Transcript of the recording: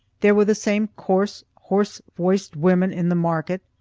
there were the same coarse, hoarse-voiced women in the market,